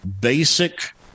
basic